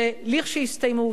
כשיסתיימו,